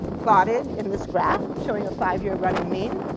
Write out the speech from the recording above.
plotted in this graph showing a five year running mean.